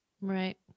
Right